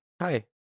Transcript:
Hi